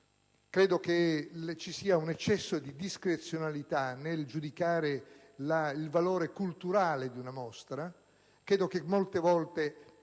Ritengo che ci sia un eccesso di discrezionalità nel giudicare il valore culturale di una mostra.